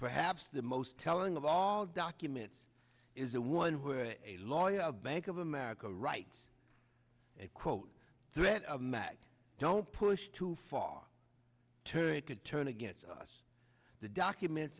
perhaps the most telling of all documents is the one who are a lawyer of bank of america writes a quote threat of mack don't push too far turn it could turn against us the documents